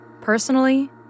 Personally